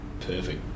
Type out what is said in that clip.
Perfect